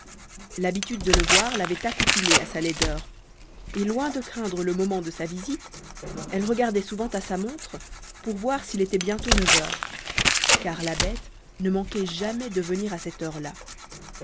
l'habitude de le voir l'avait accoutumée à sa laideur et loin de craindre le moment de sa visite elle regardait souvent à sa montre pour voir s'il était bientôt neuf heures car la bête ne manquait jamais de venir à cette heure-là